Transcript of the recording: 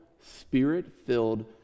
spirit-filled